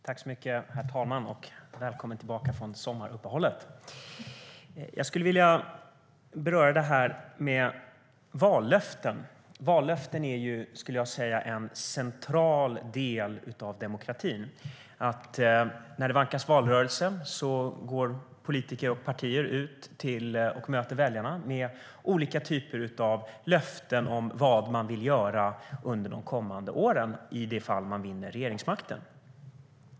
Herr talman! Välkommen tillbaka från sommaruppehållet! Jag skulle vilja beröra det här med vallöften. Vallöften är, skulle jag säga, en central del av demokratin. När det vankas valrörelse går politiker och partier ut och möter väljarna med olika typer av löften om vad man vill göra under de kommande åren i det fall man vinner regeringsmakten.